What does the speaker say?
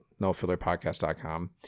nofillerpodcast.com